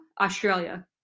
australia